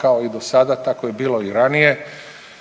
kao i dosada tako je bilo i ranije.